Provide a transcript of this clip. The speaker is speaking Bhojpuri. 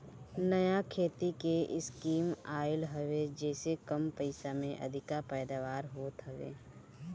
नया खेती के स्कीम आइल हवे जेसे कम पइसा में अधिका पैदावार होत हवे